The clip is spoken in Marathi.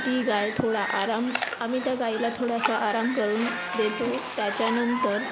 ती गाय थोडा आराम आम्ही त्या गाईला थोडासा आराम करून देतो त्याच्यानंतर